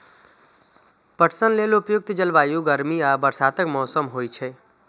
पटसन लेल उपयुक्त जलवायु गर्मी आ बरसातक मौसम होइ छै